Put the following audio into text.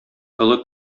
олы